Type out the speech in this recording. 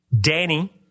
Danny